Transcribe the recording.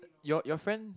your your friend